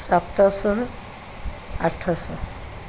ସାତ ଶହ ଆଠଶହ